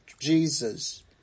Jesus